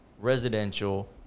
residential